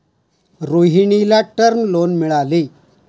रोहिणीला term loan मिळाले